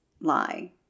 lie